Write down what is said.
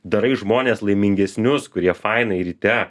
darai žmones laimingesnius kurie fainai ryte